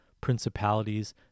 principalities